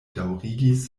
daŭrigis